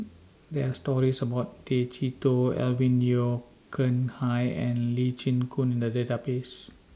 There Are stories about Tay Chee Toh Alvin Yeo Khirn Hai and Lee Chin Koon in The Database